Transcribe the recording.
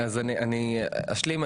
אני אשלים.